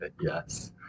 Yes